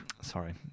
sorry